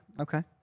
okay